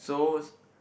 so